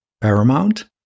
paramount